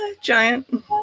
giant